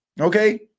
Okay